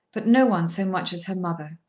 but no one so much as her mother.